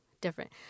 different